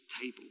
table